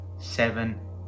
seven